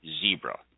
zebra